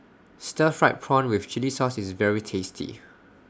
Stir Fried Prawn with Chili Sauce IS very tasty